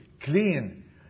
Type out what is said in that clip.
clean